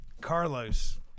Carlos